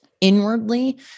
Inwardly